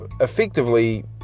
effectively